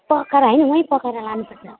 पकाएर होइन यहीँ पकाएर लानुपर्छ